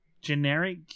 generic